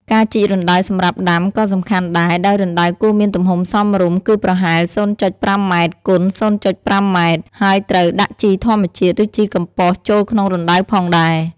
ការជីករណ្តៅសម្រាប់ដាំក៏សំខាន់ដែរ ដោយរណ្តៅគួរមានទំហំសមរម្យ គឺប្រហែល ០.៥ ម៉ែត្រ គុណ ០.៥ ម៉ែត្រ ហើយត្រូវដាក់ជីធម្មជាតិ ឬជីកំប៉ុស្តចូលក្នុងរណ្តៅផងដែរ។